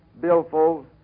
billfold